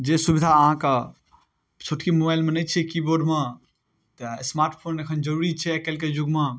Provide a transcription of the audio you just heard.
जे सुविधा अहाँके छोटकी मोबाइलमे नहि छै कीबोर्डमे तऽ स्मार्ट फोन एखन जरूरी छै आइकाल्हिके जुगमे